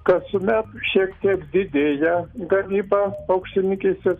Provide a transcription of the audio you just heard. kasmet šiek tiek didėja gamyba paukštininkystės